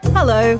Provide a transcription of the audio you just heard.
Hello